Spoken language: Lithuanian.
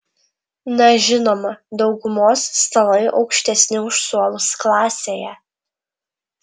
na žinoma daugumos stalai aukštesni už suolus klasėje